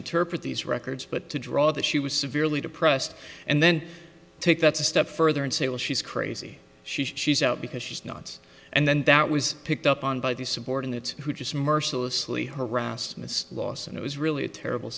interpret these records but to draw that she was severely depressed and then take that step further and say well she's crazy she's she's out because she's not and then that was picked up on by the subordinates who just mercilessly harassed miss lawson it was really a terrible